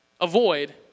avoid